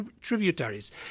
tributaries